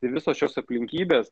ir visos šios aplinkybės